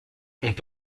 peut